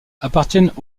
appartiennent